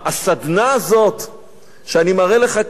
הסדנה הזאת שאני מראה לך כאן,